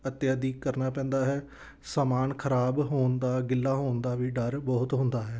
ਅਤੇ ਆਦਿ ਕਰਨਾ ਪੈਂਦਾ ਹੈ ਸਮਾਨ ਖ਼ਰਾਬ ਹੋਣ ਦਾ ਗਿੱਲਾ ਹੋਣ ਦਾ ਵੀ ਡਰ ਬਹੁਤ ਹੁੰਦਾ ਹੈ